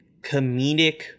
comedic